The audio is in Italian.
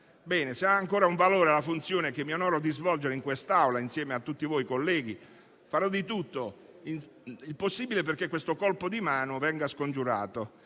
Se ha ancora un valore la funzione che mi onoro di svolgere in quest'Assemblea insieme a tutti voi colleghi, farò tutto il possibile perché questo colpo di mano venga scongiurato.